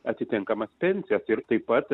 atitinkamas pensijų ir taip pat